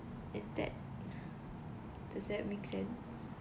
is that does that make